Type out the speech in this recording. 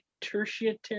tertiary